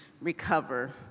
recover